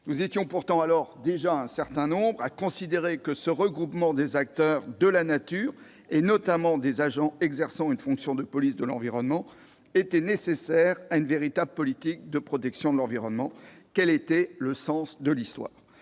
Nous étions pourtant déjà un certain nombre à considérer que ce regroupement des acteurs de la nature, et notamment des agents exerçant une fonction de police de l'environnement, était nécessaire à une véritable politique de protection de la nature, qu'elle allait dans le sens de l'histoire.